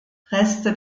reste